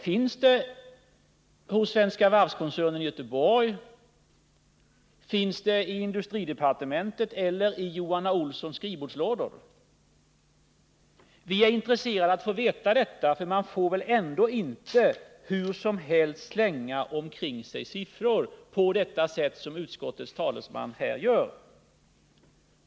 Finns det hos Svenska Varv-koncernen i Göteborg, i industridepartementet eller i Johan A. Olssons skrivbordslådor? Vi är intresserade av att få veta detta. Man får väl ändå inte slänga omkring sig siffror på det slarviga sätt som utskottets talesman här gör.